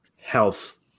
health